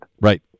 Right